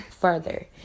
further